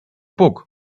puk